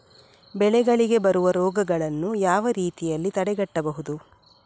ಬೆಳೆಗಳಿಗೆ ಬರುವ ರೋಗಗಳನ್ನು ಯಾವ ರೀತಿಯಲ್ಲಿ ತಡೆಗಟ್ಟಬಹುದು?